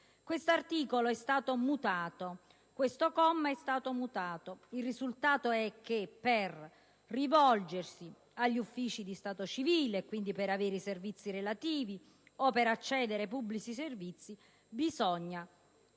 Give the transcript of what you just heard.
questo premesso. Questo comma è stato modificato: il risultato è che per rivolgersi agli uffici dello stato civile, e quindi per avere i servizi relativi, o per accedere ai pubblici servizi bisogna